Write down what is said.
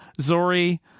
Zori